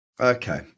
Okay